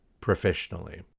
professionally